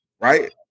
Right